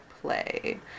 play